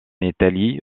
italie